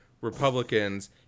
Republicans